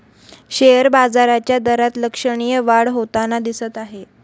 share बाजाराच्या दरात लक्षणीय वाढ होताना दिसत आहे